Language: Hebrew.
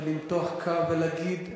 ולמתוח קו ולהגיד,